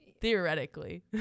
Theoretically